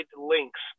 links